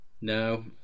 No